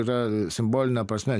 yra simboline prasme